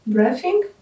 Breathing